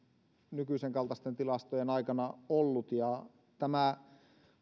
nykyisen kaltaisten tilastojen aikana ollut tämä